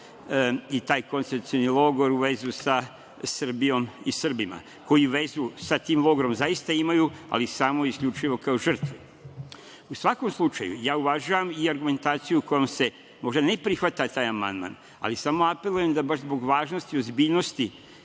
i taj koncentracioni logor, sa Srbijom i Srbima koji vezu sa tim logorom zaista imaju, ali samo i isključivo kao žrtve.U svakom slučaju, ja uvažavam i argumentaciju kojom se možda ne prihvata taj amandman, ali samo apelujem da se zbog važnosti, ozbiljnosti